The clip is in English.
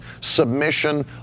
submission